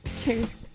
cheers